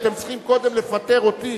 אתם צריכים קודם לפטר אותי,